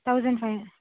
thousand five